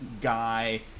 guy